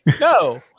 No